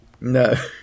No